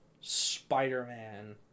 Spider-Man